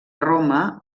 roma